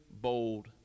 bold